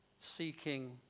seeking